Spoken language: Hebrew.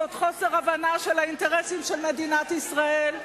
זה חוסר הבנה של האינטרסים של מדינת ישראל,